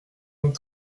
vingt